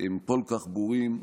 הן כל כך ברורות,